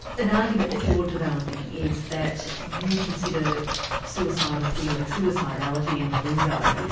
an argument that you're developing is that you consider suicidal feelings, suicidality in the lingo,